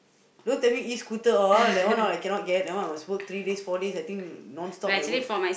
don't tell me E-scooter all that one I cannot get I must work three days four days I think non stop I work